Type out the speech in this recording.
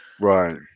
Right